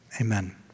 Amen